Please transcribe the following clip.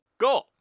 Go